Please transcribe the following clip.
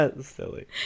Silly